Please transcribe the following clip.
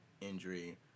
injury